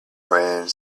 friend